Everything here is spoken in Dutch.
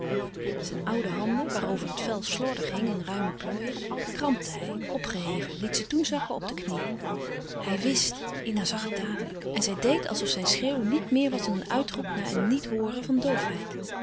zijn oude handen waarover het vel slordig hing in ruime plooien krampte hij opgeheven liet ze toen zakken op de knie hij wst ina zag het dadelijk en zij deed als of zijn schreeuw niet meer was dan een uitroep na een niet hooren van